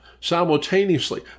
simultaneously